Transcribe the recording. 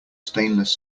stainless